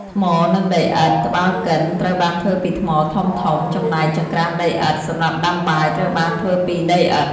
ថ្ម និងដីឥដ្ឋ ត្បាល់កិន ត្រូវបានធ្វើពីថ្មធំៗ ចំណែក ចង្ក្រានដីឥដ្ឋ សម្រាប់ដាំបាយត្រូវបានធ្វើពីដីឥដ្ឋ។